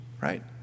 Right